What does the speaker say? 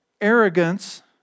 Arrogance